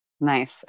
nice